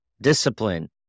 discipline